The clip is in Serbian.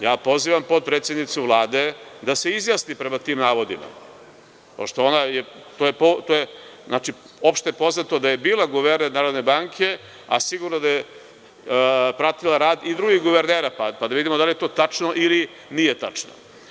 Ja pozivam potpredsednicu Vlade da se izjasni prema tim navodima, pošto je ona, to je opšte poznato, bila guverner Narodne banke, a sigurno je da je pratila rad i drugih guvernera, pa da vidimo da li je to tačno ili nije tačno.